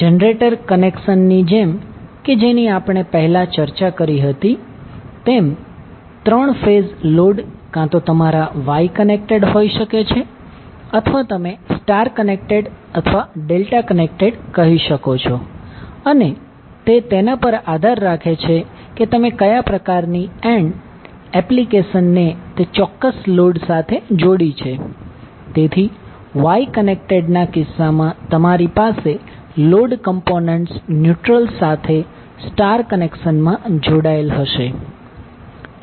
હવે generator connection ની જેમ કે જેની આપણે પહેલા ચર્ચા કરી હતી તેમ 3 ફેઝ લોડ કાં તો તમારા વાય કનેક્ટેડ હોઈ શકે છે અથવા તમે સ્ટાર કનેક્ટેડ અથવા ડેલ્ટા કનેક્ટેડ કહી શકો છો અને તે તેના પર આધાર રાખે છે કે તમે કયા પ્રકારની એન્ડ એપ્લિકેશન ને તે ચોક્કસ લોડ સાથે જોડી છે તેથી વાય કનેક્ટેડના કિસ્સામાં તમારી પાસે લોડ કમ્પોનન્ટ્સ ન્યુટ્રલ સાથે સ્ટાર કનેક્શનમાં જોડાયેલા હશે